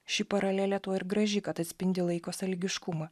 ši paralelė tuo ir graži kad atspindi laiko sąlygiškumą